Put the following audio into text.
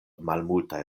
malmultaj